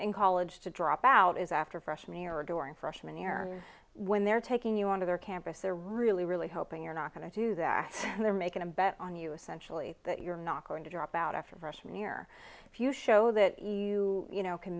in college to drop out is after fresh me or during freshman year when they're taking you on to their campus they're really really hoping you're not going to do that and they're making a bet on you essentially that you're not going to drop out after freshman year if you show that you can